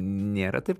nėra taip